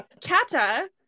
kata